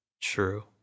True